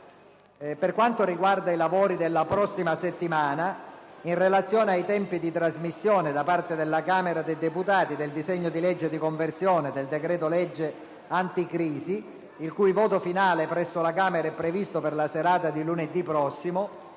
Per quanto riguarda i lavori della prossima settimana, in relazione ai tempi di trasmissione da parte della Camera dei deputati del disegno di legge di conversione del decreto‑legge "anticrisi" - il cui voto finale presso la Camera è previsto per la serata di lunedì prossimo